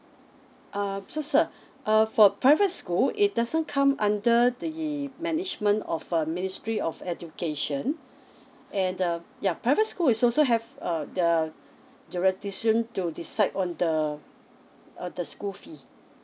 uh so sir uh for private school it doesn't come under the management of err ministry of education and uh ya private school is also have uh the jurisdiction to decide on the uh the school fees